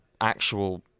actual